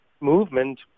movement